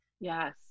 Yes